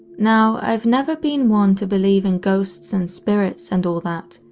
now i've never been one to believe in ghosts and spirits and all that.